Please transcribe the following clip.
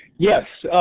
yes,